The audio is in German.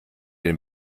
den